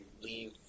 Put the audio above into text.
leave